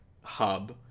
hub